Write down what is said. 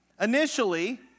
Initially